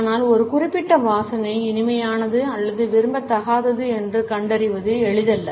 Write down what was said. ஆனால் ஒரு குறிப்பிட்ட வாசனை இனிமையானது அல்லது விரும்பத்தகாதது என்று கண்டறிவது எளிதல்ல